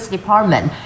Department